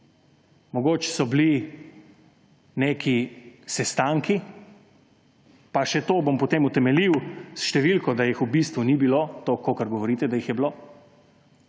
Mogoče so bili neki sestanki, pa še to bom potem utemeljil s številko, da jih v bistvu ni bilo toliko, kolikor govorite, da jih je bilo.